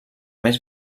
més